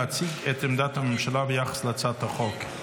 להציג את עמדת הממשלה ביחס להצעת החוק.